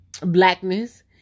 blackness